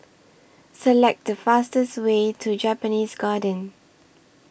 Select The fastest Way to Japanese Garden